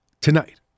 tonight